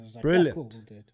Brilliant